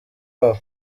babo